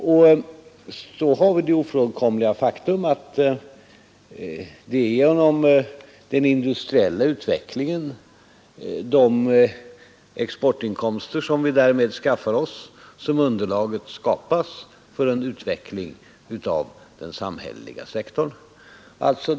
Det är också ett ofrånkomligt faktum att det är via de exportinkomster vi skaffar oss genom den industriella utvecklingen som underlaget skapas för en utveckling av den samhälleliga sektorn.